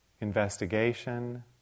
investigation